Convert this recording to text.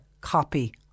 copy